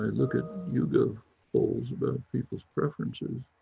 look at yougov polls about people's preferences,